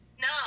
no